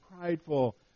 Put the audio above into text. prideful